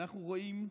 אנחנו רואים,